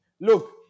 Look